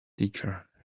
teacher